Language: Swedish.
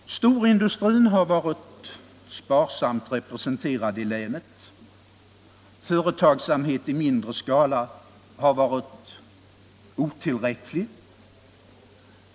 Storindustrin har varit sparsamt representerad i länet, och företagsamheten i mindre skala har varit obetydlig.